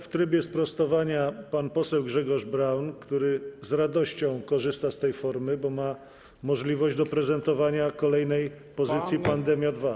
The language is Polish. W trybie sprostowania pan poseł Grzegorz Braun, który z radością korzysta z tej formy, bo ma możliwość prezentowania kolejnej pozycji: pandemia 2.